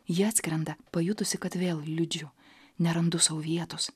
ji atskrenda pajutusi kad vėl liūdžiu nerandu sau vietos